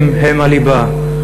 הם-הם הליבה.